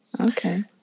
Okay